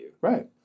Right